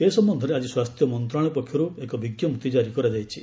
ଏ ସମ୍ଭନ୍ଧରେ ଆଜି ସ୍ୱାସ୍ଥ୍ୟ ମନ୍ତ୍ରଣାଳୟରୁ ଏକ ବିଜ୍ଞପ୍ତି କାରି କରାଯାଇଛି